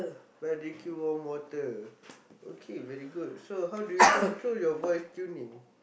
by drinking warm water okay very good so how do you control your voice tuning